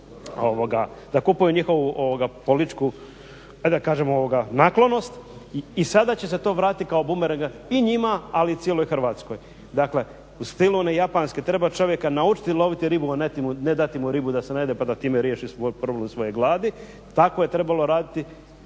da kupuju njihovu političku naklonost i sada će se to vratiti kao … i njima ali i cijeloj Hrvatskoj. dakle u stilu one japanske, treba čovjeka naučiti loviti ribu a ne dati mu ribu da se najede pa da time riješi problem svoje gladi. Tako je trebalo raditi